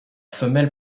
femelle